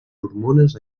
hormones